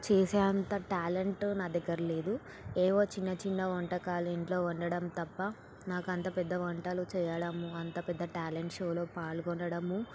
చేసే అంత ట్యాలెంట్ నా దగ్గర లేదు ఏవో చిన్నచిన్న వంటకాలు ఇంట్లో వండడం తప్ప నాకు అంత పెద్ద వంటలు చేయడము అంత పెద్ద ట్యాలెంట్ షోలో పాల్గొనడము